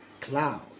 cloud